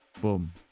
Boom